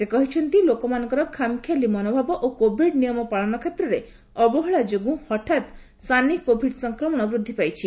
ସେ କହିଛନ୍ତି ଲୋକମାନଙ୍କର ଖାମଖିଆଲି ମନୋଭାବ ଓ କୋଭିଡ ନିୟମ ପାଳନ କ୍ଷେତ୍ରରେ ଅବହେଳା ଯୋଗୁଁ ହଠାତ୍ ସାନି କୋଭିଡ ସଂକ୍ରମଣ ବୃଦ୍ଧି ପାଇଛି